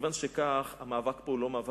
מכיוון שכך, המאבק כאן הוא לא מאבק